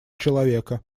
человека